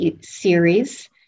series